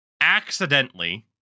accidentally